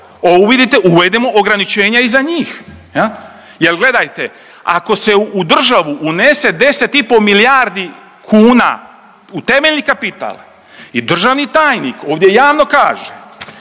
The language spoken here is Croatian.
toliko, uvedimo ograničenje i za njih, je li? Jer, gledajte, ako se u državu unese 10,5 milijardi kuna u temeljni kapital i državni tajnik ovdje javno kaže,